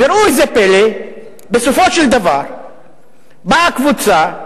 וראו זה פלא, בסופו של דבר באה קבוצה,